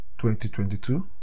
2022